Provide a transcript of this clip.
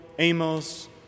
Amos